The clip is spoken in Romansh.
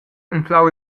anflau